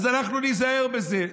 אז אנחנו ניזהר בזה.